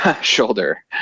Shoulder